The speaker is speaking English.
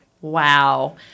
Wow